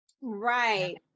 right